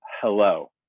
hello